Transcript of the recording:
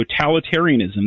totalitarianism